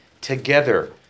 together